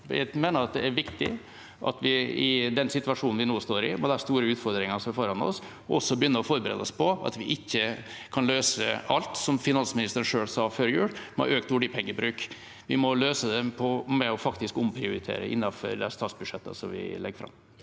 Vi mener det er viktig i den situasjonen vi nå står i, med de store utfordringene som er foran oss, også å begynne å forberede oss på at vi ikke kan løse alt, som finansministeren selv sa før jul, med økt oljepengebruk. Vi må løse det med faktisk å omprioritere innenfor de statsbudsjettene vi legger fram.